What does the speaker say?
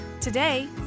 Today